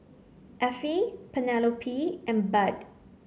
Effie Penelope and Bud